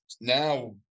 now